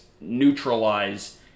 neutralize